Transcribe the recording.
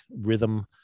rhythm